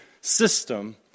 system